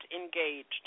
engaged